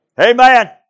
Amen